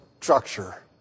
structure